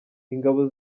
ingabo